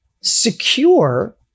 secure